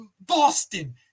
Boston